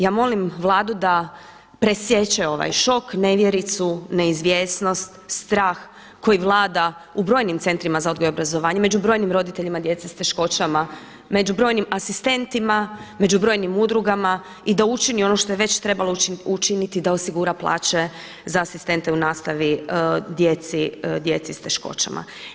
Ja molim Vladu da presječe ovaj šok, nevjericu, neizvjesnost, strah koji vlada u brojnim centrima za odgoj i obrazovanje, među brojnim roditeljima djece s teškoćama među brojnim asistentima, među brojnim udrugama i da učini ono što je već trebalo učiniti da osigura plaće za asistente u nastavi djeci s teškoćama.